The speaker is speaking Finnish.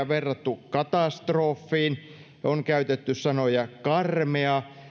verrattu katastrofiin on käytetty sanoja karmea